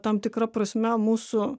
tam tikra prasme mūsų